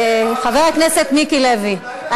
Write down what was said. חבר הכנסת מיקי לוי,